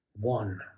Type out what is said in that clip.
One